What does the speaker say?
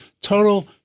Total